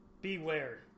Beware